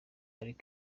hillary